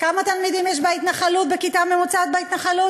כמה תלמידים יש בכיתה ממוצעת בהתנחלות?